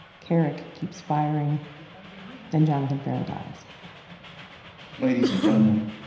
kerrick keeps firing. then jonathan ferrell dies ladies and gentlemen,